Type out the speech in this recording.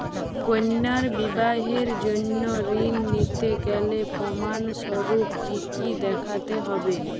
কন্যার বিবাহের জন্য ঋণ নিতে গেলে প্রমাণ স্বরূপ কী কী দেখাতে হবে?